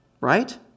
Right